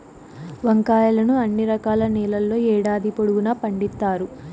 వంకాయలను అన్ని రకాల నేలల్లో ఏడాది పొడవునా పండిత్తారు